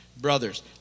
brothers